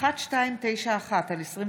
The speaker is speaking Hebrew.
שיווי זכויות האישה